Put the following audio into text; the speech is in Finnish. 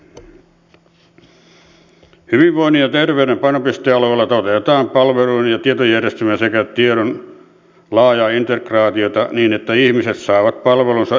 hyvinvoinnin ja terveyden painopistealueella toteutetaan palveluiden ja tietojärjestelmien sekä tiedon laajaa integraatiota niin että ihmiset saavat palvelunsa yhteensovitettuna